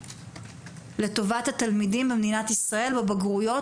לטובת התלמידים במדינת ישראל בבגרויות,